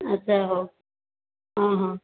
ଆଚ୍ଛା ହଉ ହଁ ହଁ